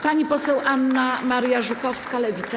Pani poseł Anna Maria Żukowska, Lewica.